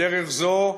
בדרך זו,